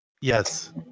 Yes